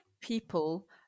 people